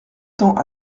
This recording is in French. temps